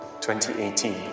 2018